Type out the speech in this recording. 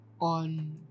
on